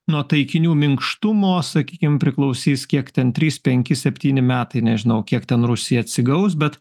nuo taikinių minkštumo sakykim priklausys kiek ten trys penki septyni metai nežinau kiek ten rusija atsigaus bet